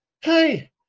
Hey